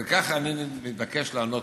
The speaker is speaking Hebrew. על כך אני מתבקש לענות.